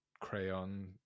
crayon